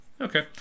Okay